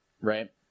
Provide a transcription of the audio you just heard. Right